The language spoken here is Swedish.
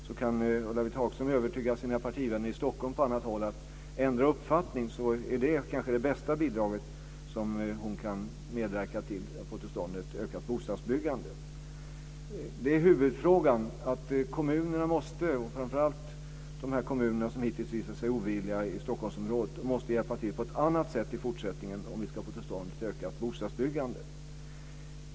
Om Ulla-Britt Hagström kan övertyga sina partivänner i Stockholm och på annat håll om att ändra uppfattning så är det kanske det bästa bidrag hon kan medverka till för att få till stånd ett ökat bostadsbyggande. Huvudfrågan är att kommunerna - och framför allt de kommuner i Stockholmsområdet som hittills har visat sig ovilliga - måste hjälpa till på ett annat sätt i fortsättningen om vi ska få till stånd ett ökat bostadsbyggande.